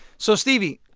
so, stevie,